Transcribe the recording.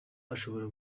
ashobora